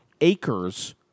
acres